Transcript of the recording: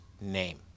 name